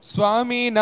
Swami